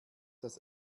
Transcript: das